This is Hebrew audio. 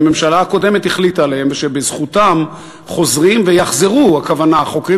שהממשלה הקודמת החליטה עליהם ושבזכותם חוזרים ויחזרו חוקרים